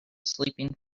sleeping